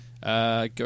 Go